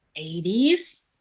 80s